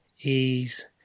ease